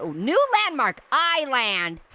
new landmark, eye land.